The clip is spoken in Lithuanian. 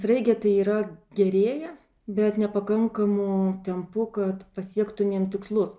sraigė tai yra gerėja bet nepakankamu tempu kad pasiektumėm tikslus